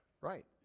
right